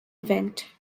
event